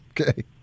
Okay